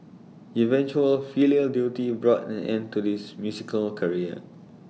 eventual filial duty brought an end to this musical career